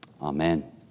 Amen